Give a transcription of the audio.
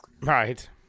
Right